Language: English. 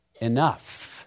enough